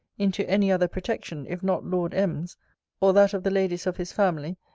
into any other protection, if not lord m s, or that of the ladies of his family,